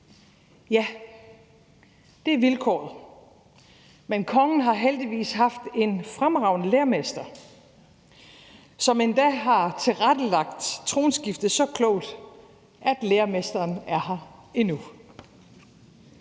Ja, det er vilkåret. Men kongen har heldigvis haft en fremragende læremester, som endda har tilrettelagt tronskiftet så klogt, at læremesteren er her endnu.